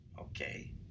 Okay